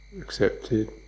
accepted